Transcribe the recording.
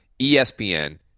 ESPN